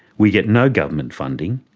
we get no government funding.